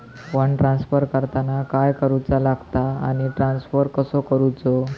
Fund transfer करताना काय करुचा लगता आनी ट्रान्स्फर कसो करूचो?